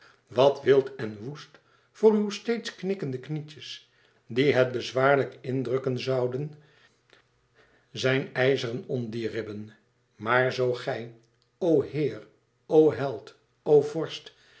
wat wild en woest voor uw steeds knikkende knietjes die het bezwaarlijk in drukken zouden zijn ijzeren ondierribben maar zoo gij o heer o held o vorst